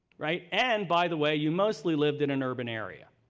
right? and, by the way, you mostly lived in an urban area.